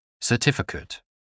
certificate